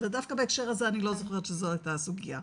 אבל דווקא בהקשר הזה אני לא זוכרת שזו הייתה הסוגיה.